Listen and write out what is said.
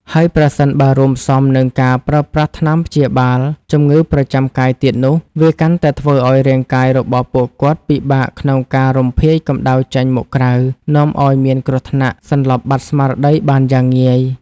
ហើយប្រសិនបើរួមផ្សំនឹងការប្រើប្រាស់ថ្នាំព្យាបាលជំងឺប្រចាំកាយទៀតនោះ វាកាន់តែធ្វើឱ្យរាងកាយរបស់ពួកគាត់ពិបាកក្នុងការរំភាយកម្ដៅចេញមកក្រៅ នាំឱ្យមានគ្រោះថ្នាក់សន្លប់បាត់ស្មារតីបានយ៉ាងងាយ។